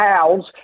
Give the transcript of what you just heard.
house